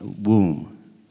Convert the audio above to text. womb